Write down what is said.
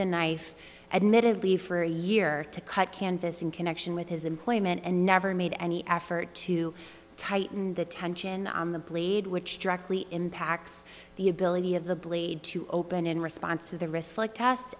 the knife admittedly for a year to cut canvas in connection with his employment and never made any effort to tighten the tension on the blade which directly impacts the ability of the blade to open in response to the